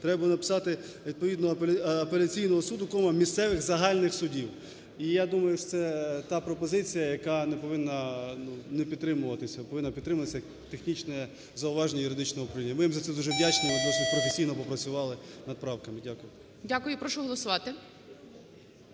треба написати "відповідного апеляційного суду, (кома) місцевих загальних судів". І я думаю, що це та пропозиція, яка не повинна не підтримуватись, а повинна підтримуватись як технічне зауваження юридичного управління. Ми їм за це дуже вдячні, вони досить професійно попрацювали над правками. Дякую. ГОЛОВУЮЧИЙ. Дякую. Прошу голосувати.